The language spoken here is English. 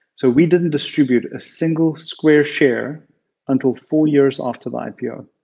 so we didn't distribute a single square share until four years after the ipo,